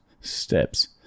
steps